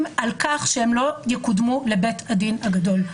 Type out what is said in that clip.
בכך שהם לא יקודמו לבית הדין הגדול.